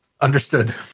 understood